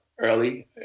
Early